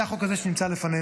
שהוא החוק הזה שנמצא לפנינו,